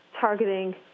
targeting